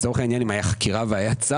לצורך העניין אם היו חקירה וצו.